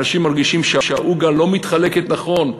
אנשים מרגישים שהעוגה לא מתחלקת נכון.